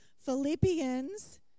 Philippians